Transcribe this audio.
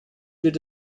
wird